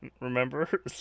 Remember